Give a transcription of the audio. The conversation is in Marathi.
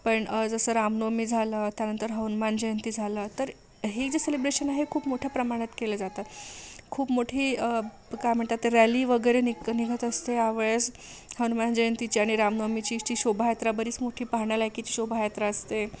पण जसं रामनवमी झाला त्यानंतर हनुमान जयंती झाला तर ही जी सेलेब्रेशन आहे खूप मोठ्या प्रमाणात केला जातात खूप मोठी ते काय म्हणतात ते रॅली वगैरे निघ निघत असते ह्या वेळेस हनुमान जयंतीची आणि रामनवमीची जी शोभायात्रा बरीच मोठी पाहण्यालायकीची शोभायात्रा असते